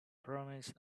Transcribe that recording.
promises